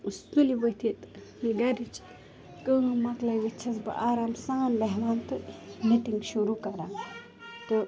سُلہِ ؤتھِتھ یہِ گَھرِچ کٲم مۄکلٲوِتھ چھَس بہٕ آرام سان بیٚہوان تہٕ نِٹِنٛگ شروٗع کَران تہٕ